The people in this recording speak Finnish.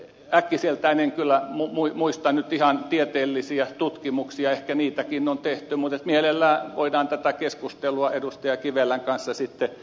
äkkiseltään en kyllä nyt muista ihan tieteellisiä tutkimuksia ehkä niitäkin on tehty mutta mielellään voidaan tätä keskustelua edustaja kivelän kanssa sitten jatkaa